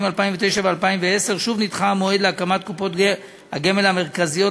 2009 ו-2010 שוב נדחה המועד להקמת קופות הגמל המרכזיות